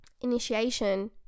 initiation